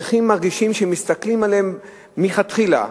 נכים מרגישים שמסתכלים עליהם מלכתחילה,